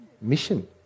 Mission